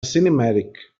cinematic